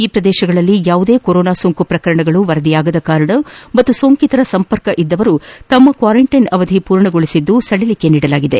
ಈ ಪ್ರದೇಶಗಳಲ್ಲಿ ಯಾವುದೇ ಕೊರೊನಾ ಸೋಂಕು ಪ್ರಕರಣಗಳು ವರದಿಯಾಗದ ಕಾರಣ ಮತ್ತು ಸೋಂಕಿತರ ಸಂಪರ್ಕ ಇದ್ದವರು ತಮ್ಮ ಕ್ವಾರಂಟೈನ್ ಅವಧಿ ಪೂರ್ಣಗೊಳಿಸಿದ್ದು ಸಡಿಲಿಕೆ ನೀಡಲಾಗಿದೆ